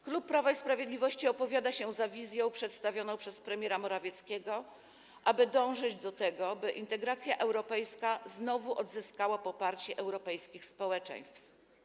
Klub Prawa i Sprawiedliwości opowiada się za wizją przedstawioną przez premiera Morawieckiego, aby dążyć do tego, by integracja europejska znowu odzyskała poparcie europejskich społeczeństw.